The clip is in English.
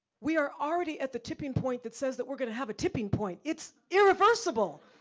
we are already at the tipping point that says, that we're gonna have a tipping point. it's irreversible.